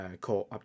core